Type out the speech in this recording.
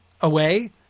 away